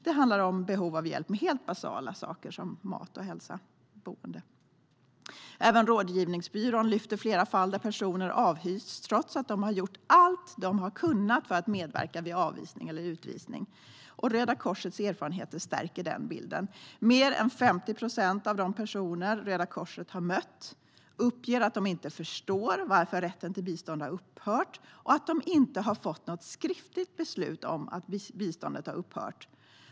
Det handlar om behov av hjälp med basala saker som mat, hälsa och boende. Även Rådgivningsbyrån lyfter fram flera fall där personer avhysts trots att de gjort allt de kunnat för att medverka vid avvisning eller utvisning. Röda Korsets erfarenheter stärker den bilden. Mer än 50 procent av de personer Röda Korset har mött uppger att de inte förstår varför rätten till bistånd har upphört och att de inte har fått något skriftligt beslut om att biståndet har upphört.